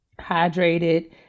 Hydrated